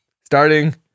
Starting